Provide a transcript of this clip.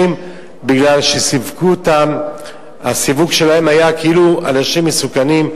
בגלל שהסיווג שלהם היה כאילו הם אנשים מסוכנים,